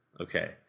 Okay